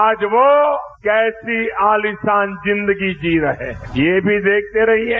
आज यो कैसी आलीशान जिंदगी जी रहे ये भी देखते रहिये